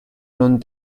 non